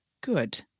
good